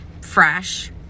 fresh